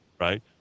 right